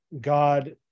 god